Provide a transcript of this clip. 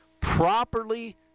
properly